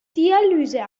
dialyse